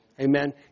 Amen